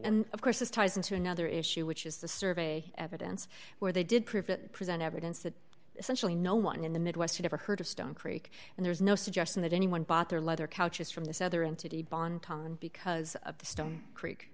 and of course this ties into another issue which is the survey evidence where they did prove that present evidence that essentially no one in the midwest had ever heard of stone creek and there is no suggestion that anyone bought their leather couches from this other entity bontoc because of the stone creek